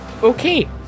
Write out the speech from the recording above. Okay